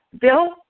Bill